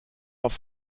auf